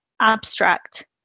abstract